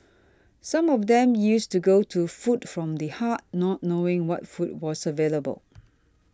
some of them used to go to Food from the Heart not knowing what food was available